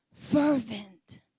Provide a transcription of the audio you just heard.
Fervent